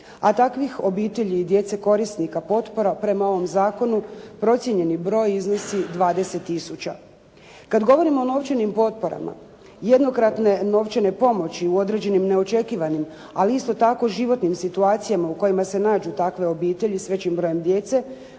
A takvih obitelji i djece korisnika potpora prema ovom zakonu procijenjeni broj iznosi 20 tisuća. Kad govorimo o novčanim potporama, jednokratne novčane pomoći u određenim, neočekivanima, ali isto tako životnim situacijama u kojima se nađu takve obitelji s većim brojem djece,